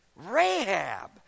Rahab